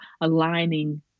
aligning